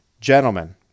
Gentlemen